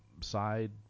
side